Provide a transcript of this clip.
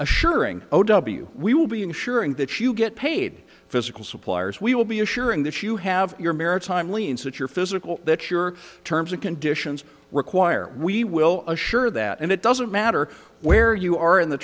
assuring o w we will be ensuring that you get paid physical suppliers we will be assuring that you have your maritime liens that your physical that your terms and conditions require we will assure that it doesn't matter where you are in the